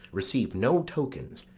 receive no tokens.